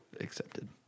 accepted